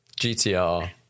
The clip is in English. GTR